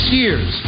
years